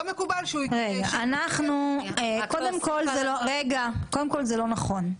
לא מקובל שהוא --- קודם כל זה לא נכון.